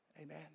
Amen